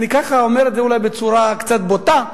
אני כך אומר את זה אולי בצורה קצת בוטה,